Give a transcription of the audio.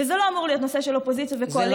וזה לא אמור להיות נושא של אופוזיציה וקואליציה,